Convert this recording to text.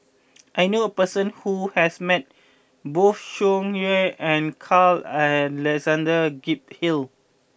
I knew a person who has met both Tsung Yeh and Carl Alexander Gibson Hill